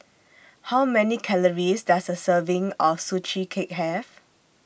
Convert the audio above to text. How Many Calories Does A Serving of Sugee Cake Have